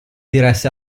diresse